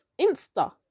insta